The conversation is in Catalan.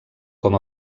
com